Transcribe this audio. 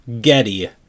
getty